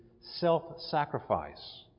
self-sacrifice